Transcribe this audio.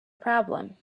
problem